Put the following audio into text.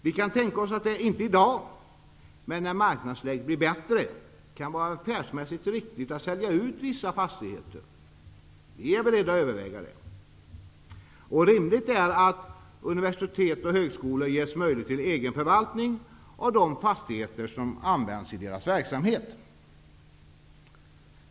Vi kan tänka oss att det -- inte i dag, men när marknadsläget blir bättre -- kan vara affärsmässigt riktigt att sälja ut vissa fastigheter. Vi är beredda att överväga det. Det är rimligt att universitet och högskolor ges möjlighet till egen förvaltning av de fastigheter som används i deras verksamhet.